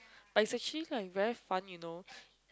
but it's actually not very fun you know